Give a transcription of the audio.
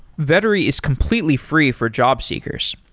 vettery is completely free for job seekers.